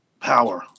power